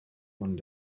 one